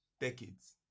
decades